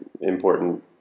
important